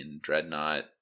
Dreadnought